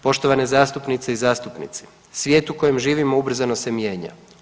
Poštovane zastupnice i zastupnici, svijet u kojem živimo ubrzano se mijenja.